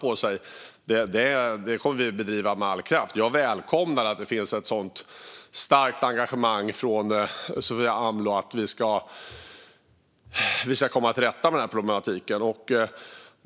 Det är något vi kommer att bedriva med all kraft. Jag välkomnar att det finns ett så starkt engagemang från Sofia Amloh att komma till rätta med problemen.